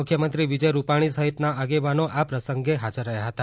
મુખ્યમંત્રી વિજય રૂપાણી સહિતના આગેવાનો આ પ્રસંગે હાજર હતા